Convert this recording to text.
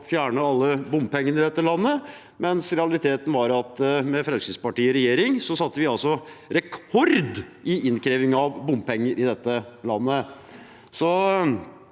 fjerne alle bompengene i dette landet, mens realiteten var at med Fremskrittspartiet i regjering satte vi rekord i innkreving av bompenger. Valgløfter